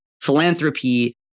philanthropy